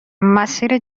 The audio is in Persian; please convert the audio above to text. مسیر